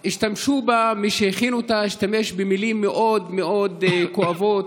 מי שהכין אותה השתמש במילים מאוד מאוד כואבות: